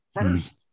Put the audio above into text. First